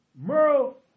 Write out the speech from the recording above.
Merle